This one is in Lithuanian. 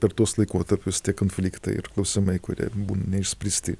per tuos laikotarpius tie konfliktai ir klausimai kurie neišspręsti